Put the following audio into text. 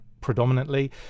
predominantly